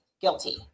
guilty